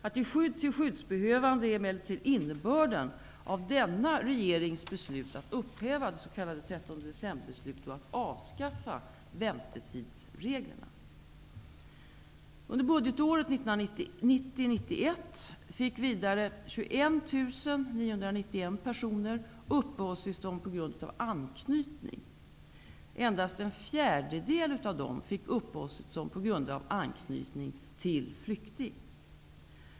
Att ge skydd till skyddsbehövande är emellertid innebörden av denna regerings beslut att upphäva 13-decemberbeslutet och att avskaffa väntetidsreglerna. personer uppehållstillstånd på grund av anknytning. Endast en fjärdedel av dessa fick uppehållstillstånd på grund av anknytning till flykting.